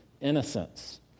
innocence